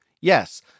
Yes